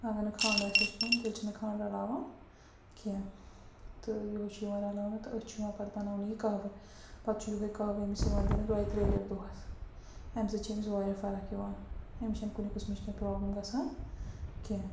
اگر نہٕ کھنٛڈ آسٮ۪س کھیوٚن تیٚلہِ چھِنہٕ کھنٛڈ رَلاوان کیٚنہہ تہٕ یِہوٚے چھِ یِوان رَلاونہٕ تہٕ أتھۍ چھِ یِوان پَتہٕ بناونہٕ یہِ کَہٕوٕ پَتہٕ چھُ یِہوٚے کَہٕوٕ یِوان أمِس دِنہٕ دۄیہِ ترٛیہِ لَٹہِ دۄہَس أمۍ سۭتۍ چھِ أمِس واریاہ فرق یِوان أمِس چھِنہٕ کُنہِ قٔسمٕچۍ کیٚنہہ پرابلِم گژھان کیٚنہہ